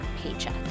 paycheck